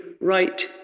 right